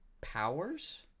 powers